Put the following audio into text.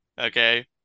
Okay